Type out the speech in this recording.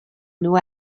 nhw